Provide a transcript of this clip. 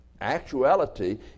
actuality